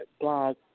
blog